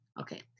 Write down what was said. okay